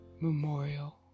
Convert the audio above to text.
memorial